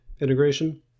integration